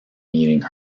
meeting